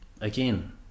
again